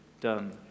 done